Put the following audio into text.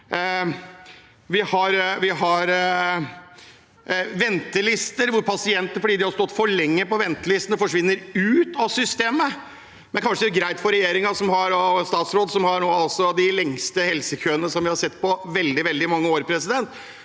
Det er ventelister hvor pasienter, fordi de har stått for lenge på ventelistene, forsvinner ut av systemet. Det er kanskje greit for regjeringen og statsråden, som har de lengste helsekøene som vi har sett på veldig, veldig mange år, at noen